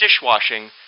dishwashing